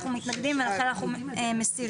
אנחנו מתנגדים ולכן מסירים.